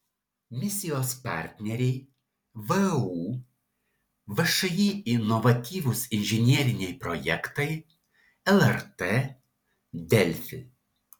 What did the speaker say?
misijos partneriai vu všį inovatyvūs inžineriniai projektai lrt delfi